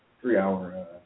three-hour